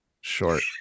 short